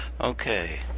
Okay